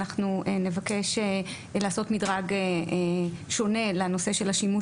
אנחנו נבקש לעשות מדרג שונה לנושא של השימוש